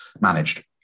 managed